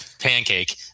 pancake